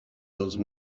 those